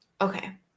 okay